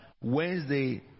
Wednesday